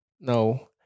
No